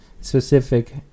specific